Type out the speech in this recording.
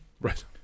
Right